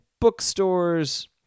bookstores